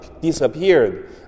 disappeared